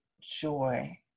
joy